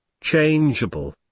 changeable